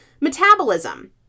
metabolism